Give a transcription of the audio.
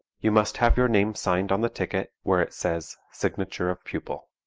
you must have your name signed on the ticket, where it says signature of pupil.